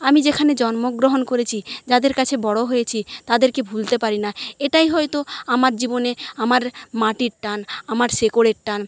আমি যেখানে জন্মগ্রহণ করেছি যাদের কাছে বড়ো হয়েছি তাদেরকে ভুলতে পারি না এটাই হয়তো আমার জীবনে আমার মাটির টান আমার শেকড়ের টান